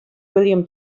william